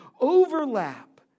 overlap